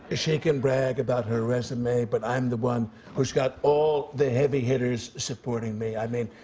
she can brag about her resume but i'm the one who's got all the heavy hitters supporting me. i mean,